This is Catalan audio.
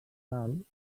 basal